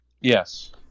yes